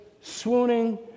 swooning